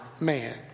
man